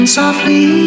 softly